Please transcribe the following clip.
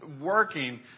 working